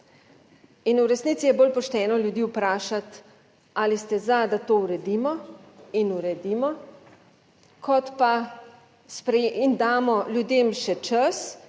In v resnici je bolj pošteno ljudi vprašati ali ste za, da to uredimo in uredimo, kot pa spreje…, in damo ljudem še čas